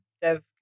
dev